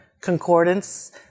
concordance